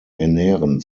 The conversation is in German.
ernähren